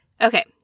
Okay